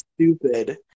stupid